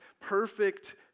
perfect